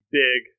big